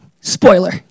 Spoiler